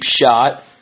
shot